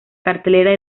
cartelera